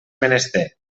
menester